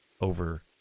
over